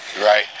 Right